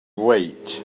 wait